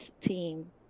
team